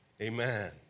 Amen